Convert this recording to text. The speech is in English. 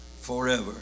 Forever